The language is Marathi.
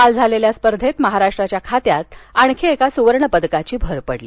काल झालेल्या स्पर्धेत महाराष्ट्राच्या खात्यात एका सुवर्णपदकाची भर पडली